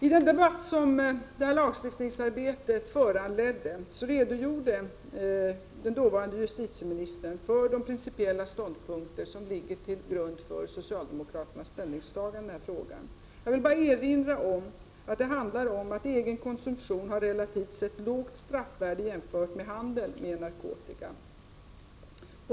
I den debatt som lagstiftningsarbetet föranledde redogjorde dåvarande justitieministern för de principella ståndpunkter som ligger till grund för socialdemokraternas ställningstagande i den här frågan. Jag vill bara erinra om att det handlar om att egen konsumtion har relativt sett lågt straffvärde — jämfört med handel med narkotika.